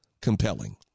compelling